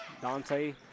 Dante